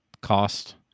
cost